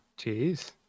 Jeez